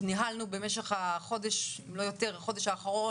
ניהלנו במשך החודש האחרון, אם לא יותר,